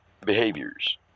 behaviors